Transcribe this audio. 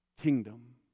kingdom